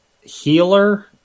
healer